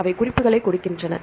அவை குறிப்புகளைக் கொடுக்கின்றன